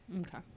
okay